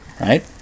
right